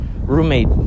roommate